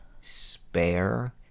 Spare